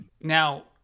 Now